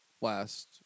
last